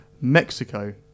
Mexico